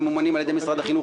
ממומנים על ידי משרד החינוך.